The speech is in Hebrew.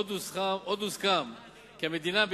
עוד הוסכם כי המדינה,